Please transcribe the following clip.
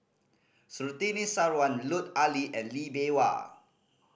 Surtini Sarwan Lut Ali and Lee Bee Wah